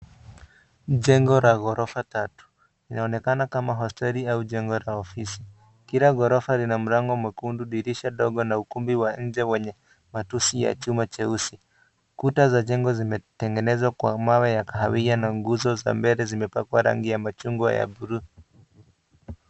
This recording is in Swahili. Ni jengo la gorofa tatu linaonekana kama hosteli ama jengo la ofisi, kila gorofa lina mlango mwekundu dirisha dogo na ukumbi wa nje wenye matusi ya chuma cheusi. Kuta za jengo zimetengenezwa kwa mawe ya kahawia na nguzo za mbele zimepakwa rangi ya machungwa ya bluu.